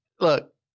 look